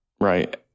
right